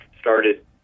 started